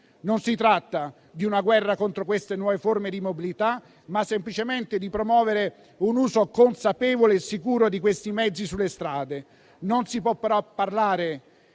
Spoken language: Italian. Non si tratta di una guerra contro queste nuove forme di mobilità, ma semplicemente di promuovere un uso consapevole e sicuro di questi mezzi sulle strade. Non si può però parlare